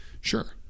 Sure